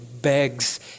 begs